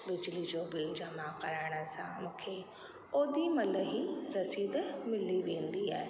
बिजली जो बिल जमा कराइण सां मूंखे ओॾीमहिल ई रसीद मिली वेंदी आहे